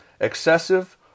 excessive